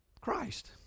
Christ